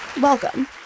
Welcome